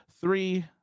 three